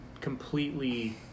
completely